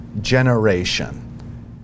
generation